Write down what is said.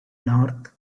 north